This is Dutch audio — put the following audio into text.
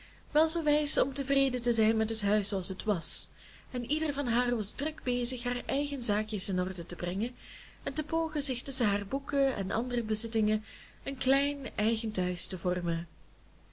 wel zoo wijs om tevreden te zijn met het huis zooals het was en ieder van haar was druk bezig haar eigen zaakjes in orde te brengen en te pogen zich tusschen haar boeken en andere bezittingen een klein eigen thuis te vormen